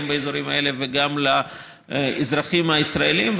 באזורים האלה וגם לאזרחים הישראלים.